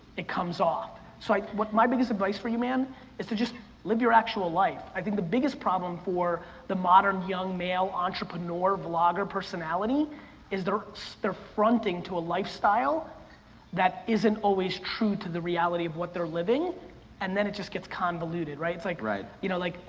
it comes off. so my biggest advice for you man is to just live your actual life. i think the biggest problem for the modern, young male entrepreneur, vlogger personality is they're so they're fronting to a lifestyle that isn't always true to the reality of what they're living and then it just gets convoluted, right? like right. you know like,